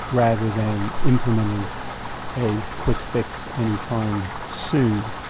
rather than implementing a quick fix any time soon.